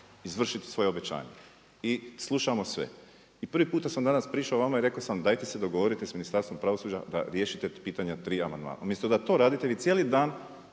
izvršiti svoje obećanje i slušam vas sve. I prvi puta sam danas pričao o vama i rekao sam dajte se dogovorite s Ministarstvom pravosuđa da riješite pitanje 3 amandmana. Umjesto da to radite, vi cijeli dan,